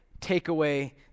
takeaway